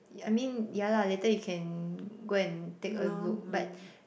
I mean ya lah later you can go and take a look but